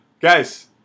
Guys